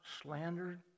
Slandered